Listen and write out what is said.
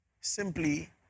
simply